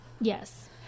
Yes